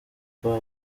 rwa